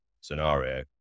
scenario